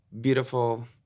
beautiful